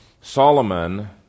Solomon